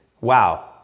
wow